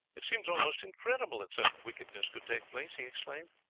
it seems almost incredible that such wickedness could take place! he exclaimed.